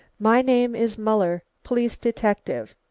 my name is muller, police detective.